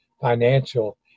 financial